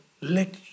let